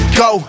go